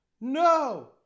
No